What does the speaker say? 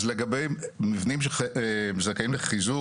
אז לגבי מבנים שזכאים לחיזוק,